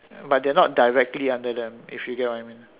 but they're not directly under them if you get what I mean